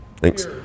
Thanks